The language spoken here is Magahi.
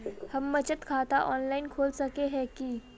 हम बचत खाता ऑनलाइन खोल सके है की?